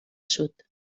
sud